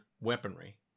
weaponry